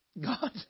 God